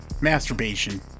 masturbation